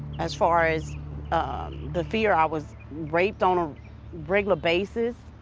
as far as the fear, i was raped on a regular basis.